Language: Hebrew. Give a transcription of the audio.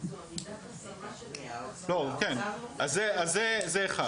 אז זה אחד,